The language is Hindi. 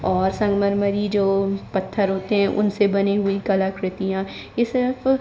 और संगमरमरी जो पत्थर होते हैं उनसे बनी हुई कला कृतियाँ ये सिर्फ